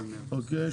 אוקיי.